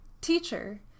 Teacher